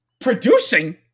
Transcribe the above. producing